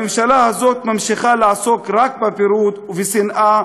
הממשלה הזאת ממשיכה לעסוק רק בפירוד ובשנאה,